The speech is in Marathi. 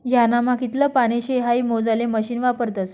ह्यानामा कितलं पानी शे हाई मोजाले मशीन वापरतस